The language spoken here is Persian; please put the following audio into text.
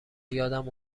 یادم